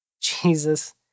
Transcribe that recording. Jesus